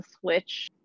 switch